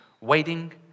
waiting